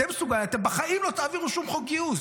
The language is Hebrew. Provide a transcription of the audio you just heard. אתם בחיים לא תעבירו שום חוק גיוס.